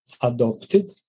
adopted